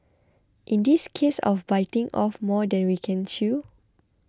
in this a case of biting off more than we can chew